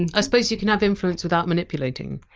and i suppose you can have influence without manipulating.